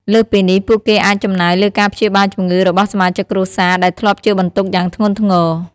លើសពីនេះ ពួកគេអាចចំណាយលើការព្យាបាលជំងឺរបស់សមាជិកគ្រួសារ ដែលធ្លាប់ជាបន្ទុកយ៉ាងធ្ងន់ធ្ងរ។